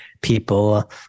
people